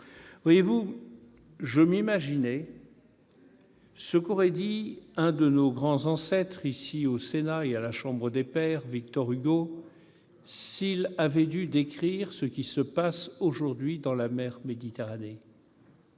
j'ai tâché d'imaginer ce qu'aurait dit l'un de nos grands ancêtres, ici au Sénat et à la Chambre des pairs, Victor Hugo, s'il avait dû décrire ce qui se passe aujourd'hui en mer Méditerranée.